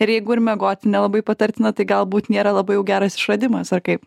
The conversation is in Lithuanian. ir jeigu ir miegoti nelabai patartina tai galbūt nėra labai jau geras išradimas ar kaip